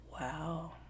Wow